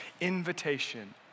invitation